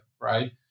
right